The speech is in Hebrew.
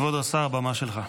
כבוד השר, הבמה שלך.